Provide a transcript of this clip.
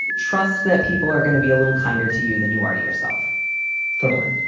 trust that people are going to be a little kinder to you than you are to yourself totally.